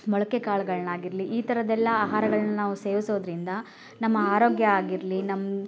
ಮೊಳಕೆ ಕಾಳುಗಳ್ನಾಗಿರಲಿ ಈ ಥರದ್ದೆಲ್ಲ ಆಹಾರಗಳ್ನ ನಾವು ಸೇವಿಸೋದರಿಂದ ನಮ್ಮ ಆರೋಗ್ಯ ಆಗಿರಲಿ ನಮ್ಮ